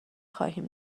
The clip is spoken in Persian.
خواهیم